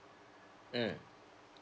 mm